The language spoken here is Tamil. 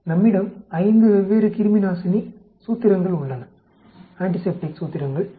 நம்மிடம் 5 வெவ்வேறு கிருமி நாசினி சூத்திரங்கள் உள்ளன